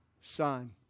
son